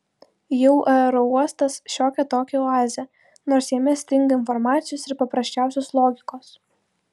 jau aerouostas šiokia tokia oazė nors jame stinga informacijos ir paprasčiausios logikos